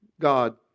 God